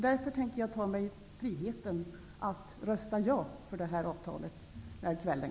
Därför tänker jag ta mig friheten att rösta ja till detta avtal framåt kvällen.